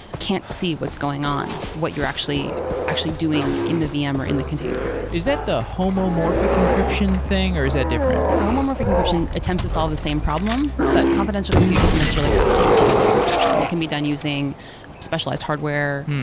can't see what's going on what you're actually actually doing in the vm or in the container is that the homomorphic encryption thing, or is that different? so homomorphic encryption attempts to solve the same problem, but confidential compute doesn't necessarily have to use homomorphic encryption. it can be done using specialized hardware.